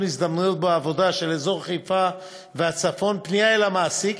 הזדמנויות בעבודה של אזור חיפה והצפון פנייה אל המעסיק,